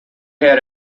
had